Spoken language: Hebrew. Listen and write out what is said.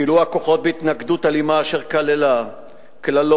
נתקלו הכוחות בהתנגדות אלימה אשר כללה קללות,